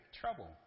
trouble